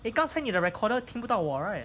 eh 刚才你的 recorder 听不到我 right